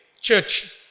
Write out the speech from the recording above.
church